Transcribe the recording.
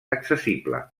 accessible